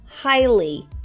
highly